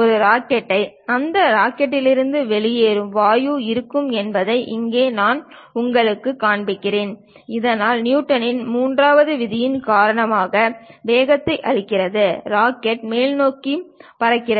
ஒரு ராக்கெட்டை அந்த ராக்கெட்டிலிருந்து வெளியேறும் வாயு இருக்கும் என்பதை இங்கே நான் உங்களுக்குக் காண்பிக்கிறேன் இதனால் நியூட்டனின் 3 வது விதியின் காரணமாக வேகத்தை அளிக்கிறது ராக்கெட் மேல்நோக்கி பறக்கிறது